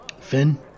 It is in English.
Finn